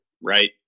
right